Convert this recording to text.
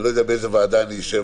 אני לא יודע באיזו ועדה אני אשב,